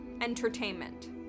entertainment